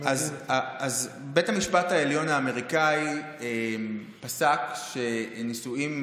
אז בית המשפט העליון האמריקני פסק שנישואים